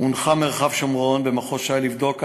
הונחה מרחב שומרון במחוז ש"י לבדוק את